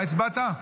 מה הצבעת?